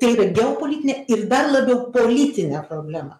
tai yra geopolitinė ir dar labiau politinė problema